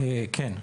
כן.